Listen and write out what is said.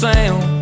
Sound